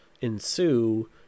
ensue